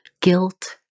guilt